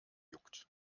juckt